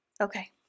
Okay